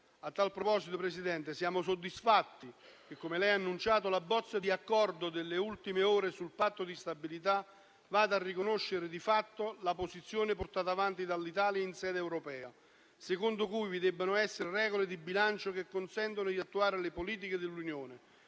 A tal proposito, Presidente, siamo soddisfatti che - come lei ha annunciato - la bozza di accordo delle ultime ore sul Patto di stabilità vada a riconoscere di fatto la posizione portata avanti dall'Italia in sede europea, secondo cui vi debbono essere regole di bilancio che consentano di attuare le politiche dell'Unione.